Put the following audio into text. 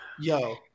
yo